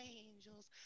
angels